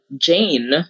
Jane